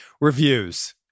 reviews